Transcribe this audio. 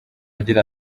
agira